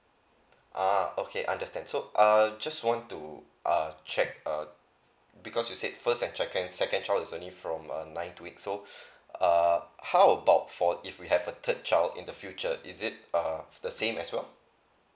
ah okay understand so err just want to ah check uh because you said first and second second child is only from uh nine weeks so uh how about for if we have a third child in the future is it uh the same as well